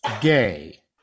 gay